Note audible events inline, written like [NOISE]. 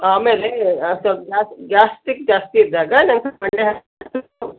ಆಮೇಲೆ [UNINTELLIGIBLE] gas gastric ಜಾಸ್ತಿ ಇದ್ದಾಗ [UNINTELLIGIBLE]